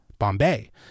Bombay